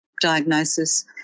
diagnosis